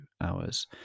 hours